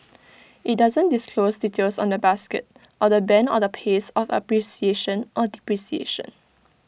IT doesn't disclose details on the basket or the Band or the pace of appreciation or depreciation